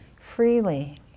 freely